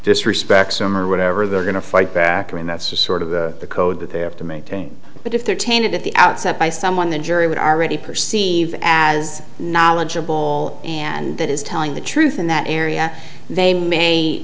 disrespect or whatever they're going to fight back and that's just sort of the code that they have to maintain but if they're tainted at the outset by someone the jury would already perceive as knowledgeable and that is telling the truth in that area they may